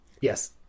Yes